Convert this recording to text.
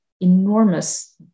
enormous